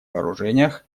вооружениях